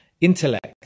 intellect